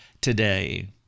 today